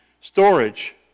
storage